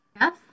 Yes